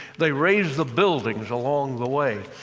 they raise the buildings along the way.